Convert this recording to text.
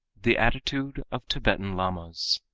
the attitude of tibetan lamas